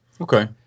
Okay